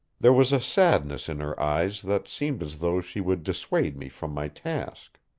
there was a sadness in her eyes that seemed as though she would dissuade me from my task.